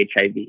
HIV